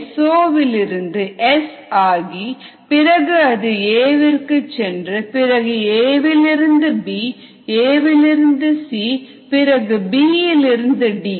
S0S ஆகி பிறகு அது A விற்கு சென்று பிறகு A B A C பிறகு B D